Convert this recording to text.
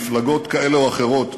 מפלגות כאלה או אחרות,